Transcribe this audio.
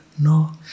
no